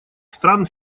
стран